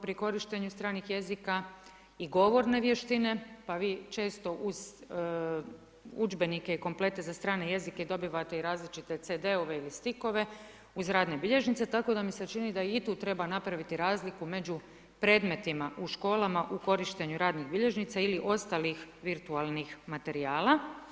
Pri korištenju stranih jezika i govorne vještine pa vi često uz udžbenike i komplete za strane jezike dobivate i različite CD-ove ili stickove uz radne bilježnice, tako da mi se čini da i tu treba napraviti razliku među predmetima u školama u korištenju radnih bilježnica ili ostalih virtualnih materijala.